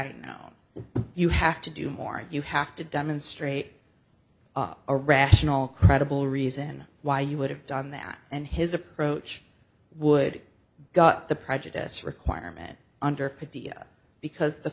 that you have to do more you have to demonstrate up a rational credible reason why you would have done that and his approach would gut the prejudice requirement under idea because the